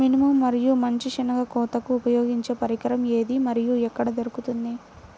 మినుము మరియు మంచి శెనగ కోతకు ఉపయోగించే పరికరం ఏది మరియు ఎక్కడ దొరుకుతుంది?